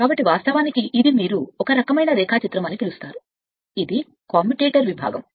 కాబట్టి వాస్తవానికి ఇది మీరు ఒక రకమైన రేఖాచిత్రం అని పిలుస్తారు ఇది కమ్యుటేటర్ విభాగం